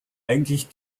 eigentlich